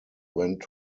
went